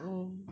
mm